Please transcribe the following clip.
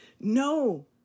No